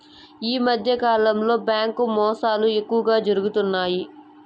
ఈ మధ్యకాలంలో బ్యాంకు మోసాలు ఎక్కువగా జరుగుతున్నాయి